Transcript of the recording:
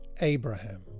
Abraham